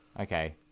Okay